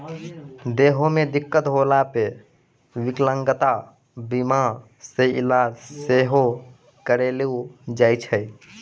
देहो मे दिक्कत होला पे विकलांगता बीमा से इलाज सेहो करैलो जाय छै